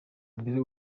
mbere